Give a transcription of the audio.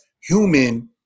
human